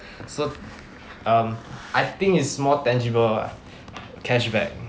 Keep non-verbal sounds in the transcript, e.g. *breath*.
*breath* so um I think it's more tangible ah cashback